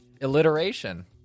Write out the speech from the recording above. alliteration